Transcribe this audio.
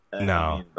No